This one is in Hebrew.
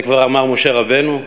זה כבר אמר משה רבנו,